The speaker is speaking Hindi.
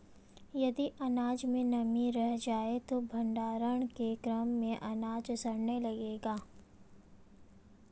यदि अनाज में नमी रह जाए तो भण्डारण के क्रम में अनाज सड़ने लगेगा